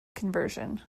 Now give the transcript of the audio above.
conversion